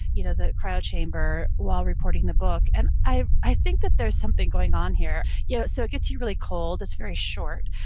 you know the cryo chamber while reporting the book, and i i think that there's something going on here. yeah so it gets you really cold. it's very short.